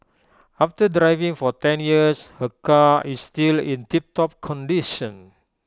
after driving for ten years her car is still in tiptop condition